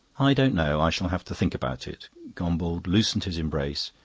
i don't know. i shall have to think about it. gombauld loosened his embrace,